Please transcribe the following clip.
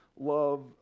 love